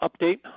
update